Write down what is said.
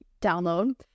download